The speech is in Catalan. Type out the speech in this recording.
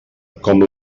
com